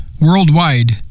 worldwide